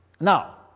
Now